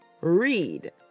Read